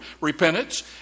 repentance